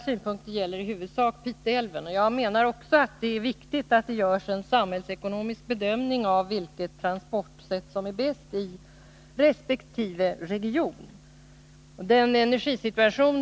Herr talman! Ja, vi skall väl inte förlänga den här debatten — det är många frågor som står på dagordningen.